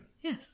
yes